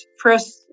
first